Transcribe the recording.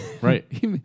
Right